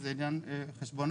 זה עניין חשבונאי.